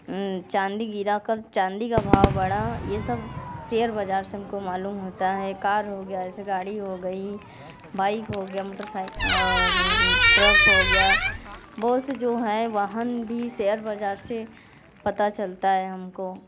चांदी गिरा कब चांदी का भाव बड़ा ये सब शेयर बाज़ार से हमको मालूम होता है कार हो गया जैसे गाड़ी हो गई बाइक हो गया मोटरसाइ और ट्रक हो गया बहुत से जो हैं वाहन भी शेयर बाज़ार से पता चलता है हमको